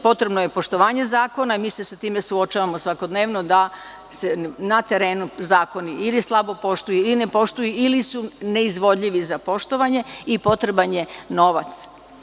Potrebno je poštovanje zakona i mi se sa time suočavamo svakodnevno, na terenu se zakoni ili slabo poštuju ili se ne poštuju, ili suneizvodljivi za poštovanje i potreban je novac.